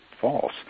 false